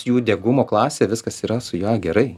jų degumo klasė viskas yra su juo gerai